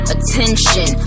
Attention